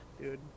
dude